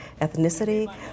ethnicity